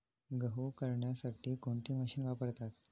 गहू करण्यासाठी कोणती मशीन वापरतात?